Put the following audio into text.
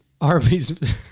Arby's